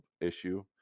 issue